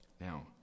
Now